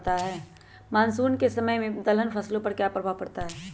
Monsoon के समय में दलहन फसलो पर क्या प्रभाव पड़ता हैँ?